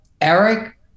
Eric